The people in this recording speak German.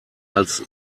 als